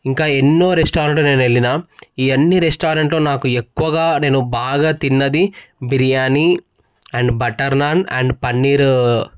ఇంకా ఎన్నో రెస్టారెంట్లు నేను వెళ్ళిన ఈ అన్ని రెస్టారెంట్లో నాకు ఎక్కువగా నేను బాగా తిన్నది biryani and butter naan and paneer